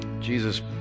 Jesus